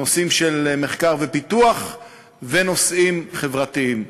נושאים של מחקר ופיתוח ונושאים חברתיים,